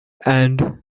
and